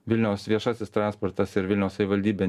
vilniaus viešasis transportas ir vilniaus savivaldybė